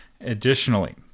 additionally